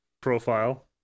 profile